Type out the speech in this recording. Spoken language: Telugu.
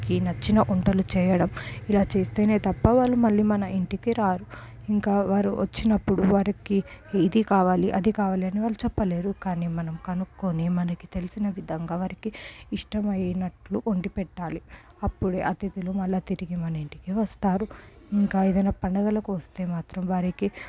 కి నచ్చిన వంటలు చేయడం ఇలా చేస్తేనే తప్ప వాళ్ళు మన ఇంటికి రారు ఇంకా వారు వచ్చినప్పుడు వారికి ఇది కావాలి అది కావాలి అని వాళ్ళు చెప్పలేరు కానీ మనం కనుక్కొని వాళ్ళకి తెలిసిన విధంగా వారికి ఇష్టమైనట్లు వండి పెట్టాలి అప్పుడే అతిథులు మళ్ళీ మన ఇంటికి తిరిగి వస్తారు ఇంకా ఏదైనా పండగలకి వస్తే మాత్రం వారికి